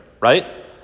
right